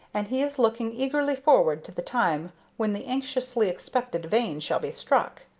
and he is looking eagerly forward to the time when the anxiously expected vein shall be struck.